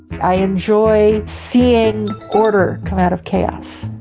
i enjoy seeing order come out of chaos.